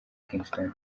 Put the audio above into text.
kingston